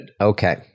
okay